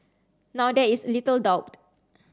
now there is little doubt